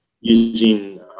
using